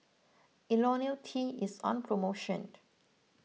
Ionil T is on promotion